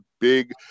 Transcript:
big